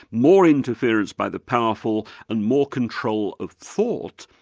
more interference by the powerful, and more control of thought,